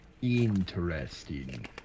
Interesting